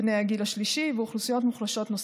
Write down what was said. בני הגיל השלישי ואוכלוסיות מוחלשות נוספות,